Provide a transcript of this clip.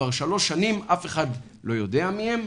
כבר שלוש שנים אף אחד לא יודע מהם,